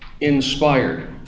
inspired